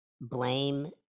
blame